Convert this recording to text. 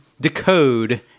decode